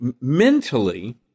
mentally